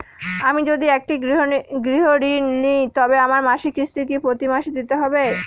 আমি যদি একটি গৃহঋণ নিই তবে আমার মাসিক কিস্তি কি প্রতি মাসে দিতে হবে?